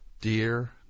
Dear